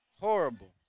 horrible